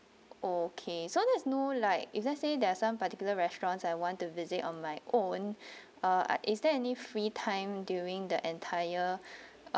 okay so there's no like if let's say there are some particular restaurants I want to visit on my own ah is there any free time during the entire